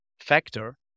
factor